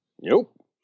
Nope